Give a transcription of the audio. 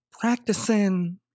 Practicing